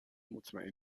مطمئن